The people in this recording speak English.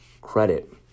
credit